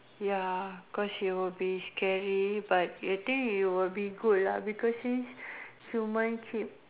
ya cause you will be scary but I think you will be good ah because since human keep